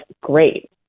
great